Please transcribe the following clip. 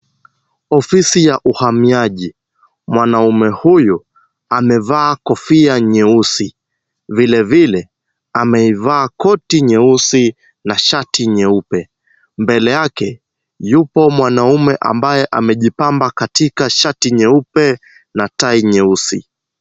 Ofisi ya uhamiaji, mwanamume huyu amevaa kofia nyeusi ,vilevile ameivaa koti nyeusi na shati nyeupe. Mbele yake, yupo mwanamume ambaye amejipamba katika shati nyeupe na tai nyeusi.